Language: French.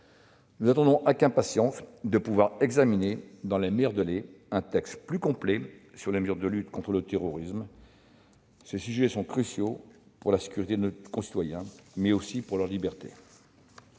Nous attendons avec impatience de pouvoir examiner, dans les meilleurs délais, un texte plus complet sur les mesures de lutte contre le terrorisme. Ces sujets sont cruciaux pour la sécurité de nos concitoyens, mais aussi pour leurs libertés.